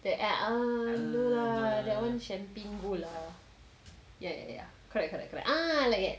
the app no lah that [one] champagne gold lah ya ya ya correct correct correct ah like that